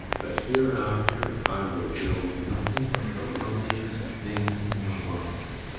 but hereafter i will build nothing but the loveliest thing in the world